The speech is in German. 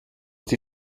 die